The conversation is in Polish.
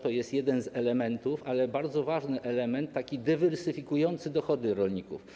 To jest jeden z elementów, ale to bardzo ważny element dywersyfikujący dochody rolników.